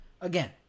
Again